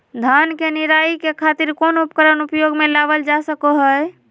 धान के निराई के खातिर कौन उपकरण उपयोग मे लावल जा सको हय?